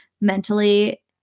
mentally